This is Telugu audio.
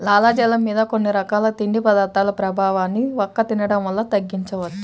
లాలాజలం మీద కొన్ని రకాల తిండి పదార్థాల ప్రభావాన్ని వక్క తినడం వల్ల తగ్గించవచ్చు